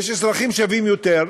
יש אזרחים שווים יותר,